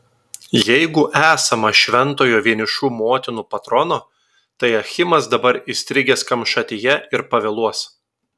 jeigu esama šventojo vienišų motinų patrono tai achimas dabar įstrigęs kamšatyje ir pavėluos